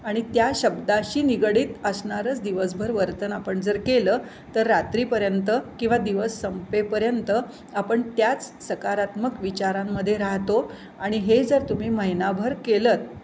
आणि त्या शब्दाशी निगडीत असणारंच दिवसभर वर्तन आपण जर केलं तर रात्रीपर्यंत किंवा दिवस संपेपर्यंत आपण त्याच सकारात्मक विचारांमध्ये राहतो आणि हे जर तुम्ही महिनाभर केलंत